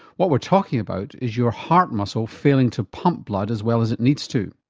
what we're talking about is your heart muscle failing to pump blood as well as it needs to.